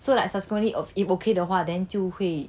so like successfully if okay 的话 then 就会